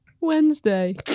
Wednesday